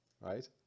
right